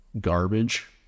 garbage